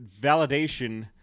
validation